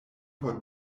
por